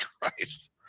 Christ